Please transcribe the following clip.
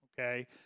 okay